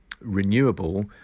renewable